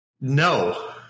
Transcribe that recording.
no